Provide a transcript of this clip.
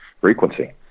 frequency